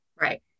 Right